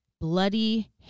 bloody